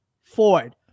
Ford